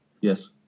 Yes